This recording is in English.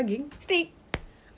steak !wow!